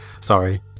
Sorry